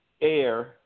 air